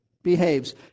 Behaves